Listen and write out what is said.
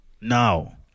now